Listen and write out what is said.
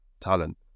talent